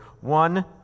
One